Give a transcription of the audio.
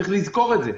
צריך לזכור את זה.